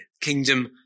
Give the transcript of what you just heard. Kingdom